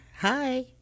hi